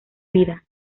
vida